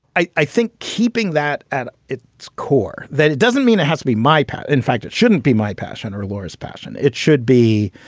i i think keeping that at its core that it doesn't mean it has to be my part. in fact, it shouldn't be my passion or laura's passion. it should be